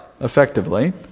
effectively